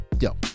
Yo